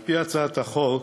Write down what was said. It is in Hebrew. על-פי הצעת החוק,